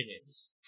opinions